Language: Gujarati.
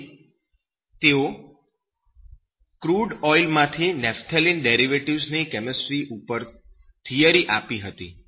તેથી તેઓએ ક્રૂડ ઓઈલ માંથી નેપ્થેલિન ડેરિવેશન ની કેમિસ્ટ્રી ઉપર થીયરી આપી હતી